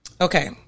Okay